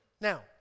Now